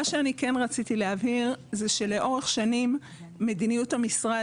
מה שאני כן רציתי להבהיר זה שלאורך שנים מדיניות המשרד